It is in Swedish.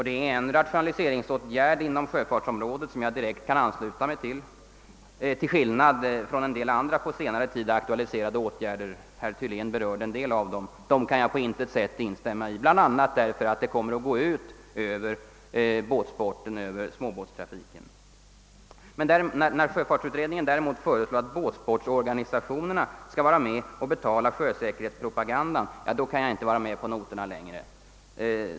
Det är en rationaliseringsåtgärd inom sjöfartsområdet som jag direkt kan ansluta mig till i motsats till en del andra på senare till aktualiserade åtgärder, som herr Thylén till någon del berörde. Jag kan på intet sätt ansluta mig till dessa åtgärder, bl.a. därför att det kommer att gå ut över båtsporten och sjösäkerheten. När sjöfartsutredningen vidare föreslår att båtsportorganisationerna skall vara med och betala sjösäkerhetspropagandan, då kan jag inte längre vara med på noterna.